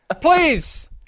Please